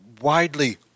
widely